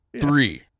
Three